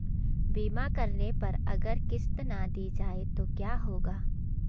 बीमा करने पर अगर किश्त ना दी जाये तो क्या होगा?